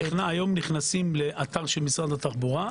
היום נכנסים לאתר משרד התחבורה.